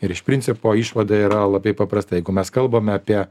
ir iš principo išvada yra labai paprasta jeigu mes kalbame apie